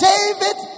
David